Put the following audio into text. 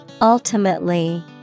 Ultimately